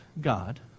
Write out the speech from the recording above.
God